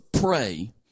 pray